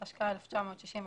התשכ"ה-1965,